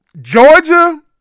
Georgia